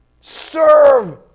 Serve